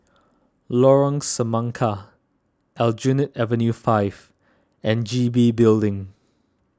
Lorong Semangka Aljunied Avenue five and G B Building